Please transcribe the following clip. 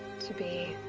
to be.